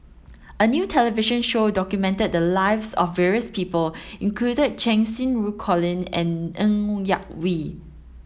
a new television show documented the lives of various people included Cheng Xinru Colin and Ng Yak Whee